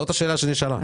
זאת השאלה שנשאלה.